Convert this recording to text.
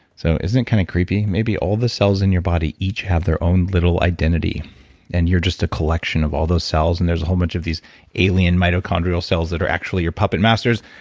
so, isn't it kind of creepy? maybe all the cells in your body each have their own little identity and you're just a collection of all those cells and there's a whole bunch of these alien mitochondrial cells that are actually your puppet masters.